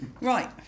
Right